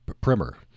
Primer